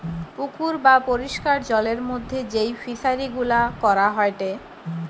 পুকুর বা পরিষ্কার জলের মধ্যে যেই ফিশারি গুলা করা হয়টে